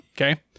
Okay